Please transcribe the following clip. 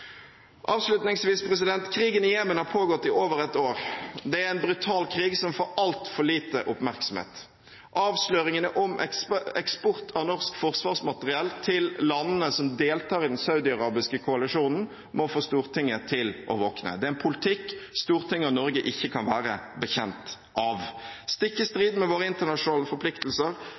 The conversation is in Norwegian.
Avslutningsvis: Krigen i Jemen har pågått i over ett år. Det er en brutal krig som får altfor lite oppmerksomhet. Avsløringene om eksport av norsk forsvarsmateriell til landene som deltar i den saudiarabiske koalisjonen, må få Stortinget til å våkne. Det er en politikk Stortinget og Norge ikke kan være bekjent av, og stikk i strid med våre internasjonale forpliktelser,